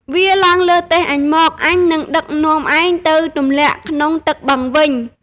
វារឡើងលើទេះអញមក អញនឹងដឹកនាំឯងទៅទម្លាក់ក្នុងទឹកបឹងវិញ។